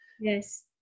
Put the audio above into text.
Yes